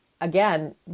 again